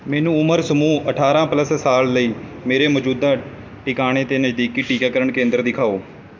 ਮੈਨੂੰ ਉਮਰ ਸਮੂਹ ਅਠਾਰ੍ਹਾਂ ਪਲੱਸ ਸਾਲ ਲਈ ਮੇਰੇ ਮੌਜੂਦਾ ਟਿਕਾਣੇ 'ਤੇ ਨਜ਼ਦੀਕੀ ਟੀਕਾਕਰਨ ਕੇਂਦਰ ਦਿਖਾਓ